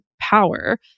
power